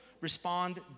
respond